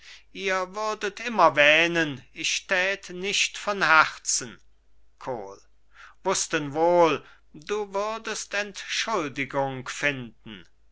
ihr würdet immer wähnen ich rät nicht von herzen kohl wußten wohl du würdest entschuldigung finden